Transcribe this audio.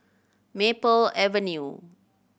Maple Avenue